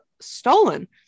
stolen